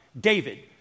David